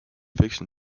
fiction